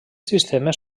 sistemes